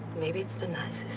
maybe it's the nicest.